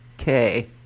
okay